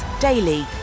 daily